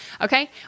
Okay